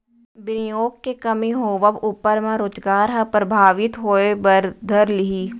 बिनियोग के कमी होवब ऊपर म रोजगार ह परभाबित होय बर धर लिही